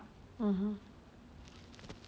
mm